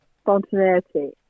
spontaneity